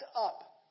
up